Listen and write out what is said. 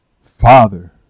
Father